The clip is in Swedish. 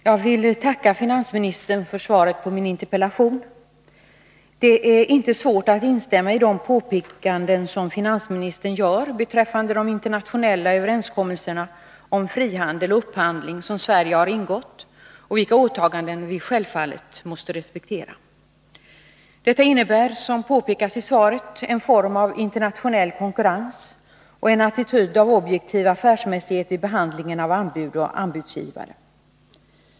Herr talman! Jag tackar finansministern för svaret på min interpellation. Det är inte svårt att instämma i de påpekanden som finansministern gör beträffande de internationella överenskommelserna om frihandel och upphandling som Sverige har ingått och vilka åtaganden vi självfallet måste respektera. Det innebär, som påpekas i svaret, en form av internationell konkurrens och en attityd av objektiv affärsmässighet vid behandlingen av anbud och anbudsgivare.